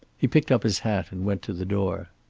he picked up his hat and went to the door.